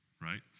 right